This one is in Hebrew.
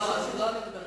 לא על זה אני מדברת.